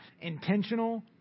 Intentional